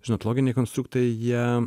žinot loginiai konstruktai jie